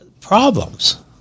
problems